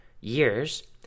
years